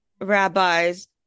rabbis